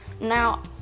Now